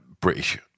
British